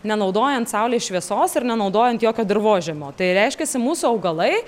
nenaudojant saulės šviesos ir nenaudojant jokio dirvožemio tai reiškiasi mūsų augalai